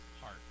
heart